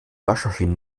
waschmaschine